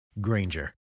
Granger